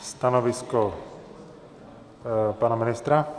Stanovisko pana ministra?